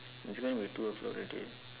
it going to be two o-clock already